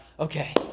Okay